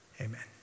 Amen